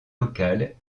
locales